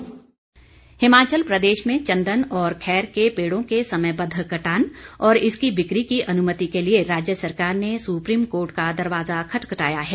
संकल्प जवाब हिमाचल प्रदेश में चंदन और खैर के पेड़ों के समयबद्व कटान और इसकी बिक्री की अनुमति के लिए राज्य सरकार ने सुप्रीम कोर्ट का दरवाजा खटखटाया है